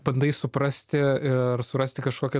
bandai suprasti ir surasti kažkokią